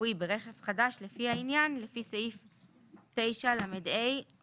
הרפואי ברכב חדש, לפי העניין, או 9לה(א)(1)."